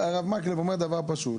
הרב מקלב אומר דבר פשוט,